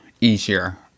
easier